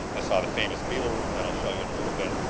i saw the famous beetle room that i'll show you in a little bit.